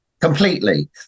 Completely